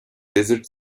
desert